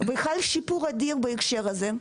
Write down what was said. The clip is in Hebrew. חל שיפור אדיר בהקשר הזה.